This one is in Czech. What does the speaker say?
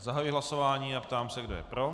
Zahajuji hlasování a ptám se, kdo je pro.